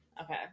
Okay